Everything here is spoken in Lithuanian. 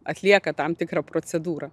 atlieka tam tikrą procedūrą